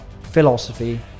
philosophy